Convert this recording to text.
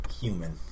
human